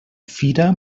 fira